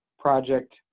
Project